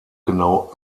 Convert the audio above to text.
genau